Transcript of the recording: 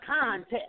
contest